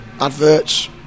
adverts